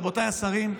רבותיי השרים,